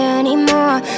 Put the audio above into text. anymore